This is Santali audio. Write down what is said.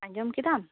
ᱟᱸᱡᱚᱢ ᱠᱮᱫᱟᱢ